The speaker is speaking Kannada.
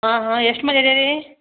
ಹಾಂ ಹಾಂ ಎಷ್ಟು ಮಂದಿ ಇದ್ದೀರಿ